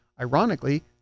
ironically